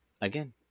Again